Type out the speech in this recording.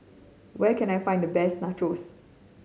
where can I find the best Nachos